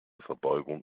verbeugung